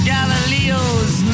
Galileo's